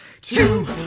Two